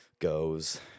goes